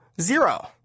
zero